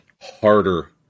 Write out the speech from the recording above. harder